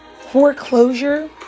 foreclosure